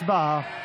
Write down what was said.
הצבעה.